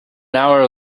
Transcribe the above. hour